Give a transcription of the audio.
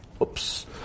Oops